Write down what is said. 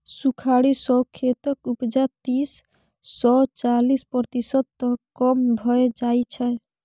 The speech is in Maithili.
सुखाड़ि सँ खेतक उपजा तीस सँ चालीस प्रतिशत तक कम भए जाइ छै